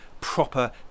proper